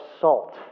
salt